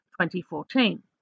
2014